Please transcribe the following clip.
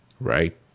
Right